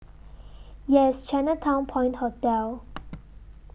Yes Chinatown Point Hotel